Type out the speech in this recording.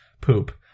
poop